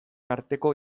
arteko